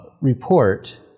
report